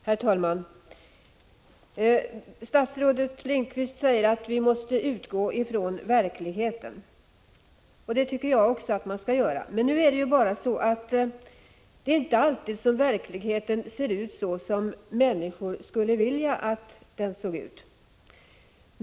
male Herr talman! Statsrådet Lindqvist säger att vi måste utgå från verkligheten, och det tycker också jag. Verkligheten ser emellertid inte alltid ut så som människor skulle vilja att den såg ut.